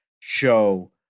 show